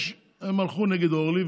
הם הלכו נגד אורלי,